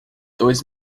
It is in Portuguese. dois